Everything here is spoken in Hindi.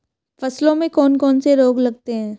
फसलों में कौन कौन से रोग लगते हैं?